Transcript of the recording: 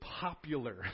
popular